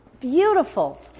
beautiful